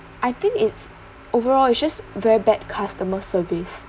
I think it's overall it's just very bad customer service